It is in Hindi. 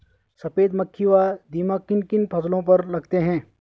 सफेद मक्खी व दीमक किन किन फसलों पर लगते हैं?